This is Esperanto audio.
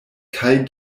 kaj